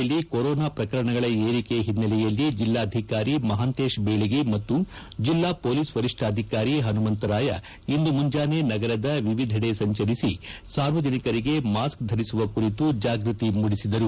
ದಾವಣಗೆರೆ ಜಿಲ್ಲೆಯಲ್ಲಿ ಕೊರೊನಾ ಪ್ರಕರಣಗಳ ಏರಿಕೆ ಹಿನ್ನೆಲೆಯಲ್ಲಿ ಜಿಲ್ಲಾಧಿಕಾರಿ ಮಹಾಂತೇಶ ಬೀಳಗಿ ಮತ್ತು ಜೆಲ್ಲಾ ಪೊಲೀಸ್ ವರಿಷ್ಣಾಧಿಕಾರಿ ಹನುಮಂತರಾಯ ಇಂದು ಮುಂಜಾನೆ ನಗರದ ವಿವಿಧೆಡೆ ಸಂಚರಿಸಿ ಸಾರ್ವಜನಿಕರಿಗೆ ಮಾಸ್ಕ್ ಧರಿಸುವ ಕುರಿತು ಜಾಗೃತಿ ಮೂಡಿಸಿದರು